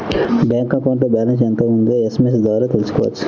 bank అకౌంట్లో balance ఎంత ఉందో ఎస్ఎంఎస్ ద్వారా తెలుసుకోవచ్చు